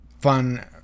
fun